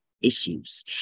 issues